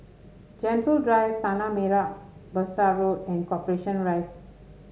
Gentle Drive Tanah Merah Besar Road and Corporation Rise